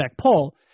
poll